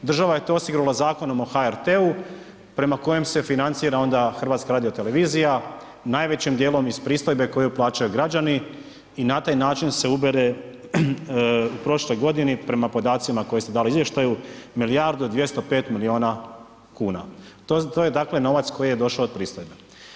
Država je to osigurala Zakonom o HRT-u prema kojem se financira onda HRT, najvećim dijelom iz pristojbe koju plaćaju građani i na taj način se ubere, u prošloj godini prema podacima koje ste dali u izvještaju, milijardu i 205 milijuna kuna, to je dakle novac koji je došao od pristojbe.